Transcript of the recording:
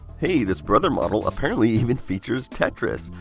hey, this brother model apparently even features tetris.